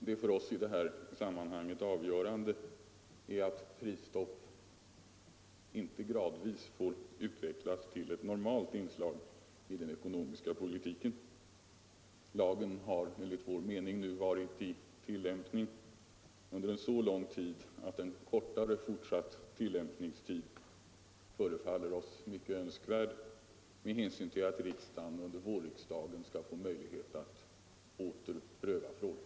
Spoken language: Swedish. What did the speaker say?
Det för oss i 159 detta sammanhang avgörande är att prisstopp inte gradvis får utvecklas till ett normalt inslag i den ekonomiska politiken. Lagen har enligt vår mening nu varit i tillämpning under så lång tid att en kortare fortsatt tillämpningstid förefaller oss mycket önskvärd med hänsyn till att riksdagen i vår skall få möjlighet att åter pröva frågan.